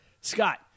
Scott